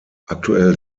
aktuell